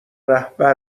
رهبر